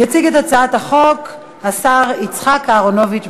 יציג את הצעת החוק השר יצחק אהרונוביץ.